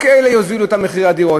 רק אלה יוזילו את מחירי הדירות.